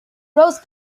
rose